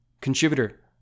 contributor